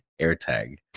AirTag